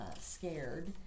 scared